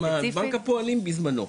עם בנק הפועלים בזמנו.